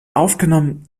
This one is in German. aufgenommen